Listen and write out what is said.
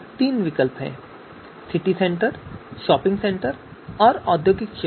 तीन विकल्प हैं सिटी सेंटर शॉपिंग सेंटर और औद्योगिक क्षेत्र